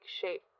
shape